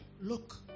Look